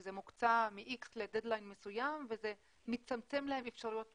שזה מוקצה מ-X לדד ליין מסוים וזה מצמצם להם אפשרויות פעולה.